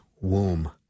womb